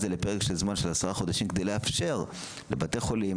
זה לפרק זמן של עשרה חודשים כדי לאפשר לבתי חולים,